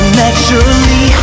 naturally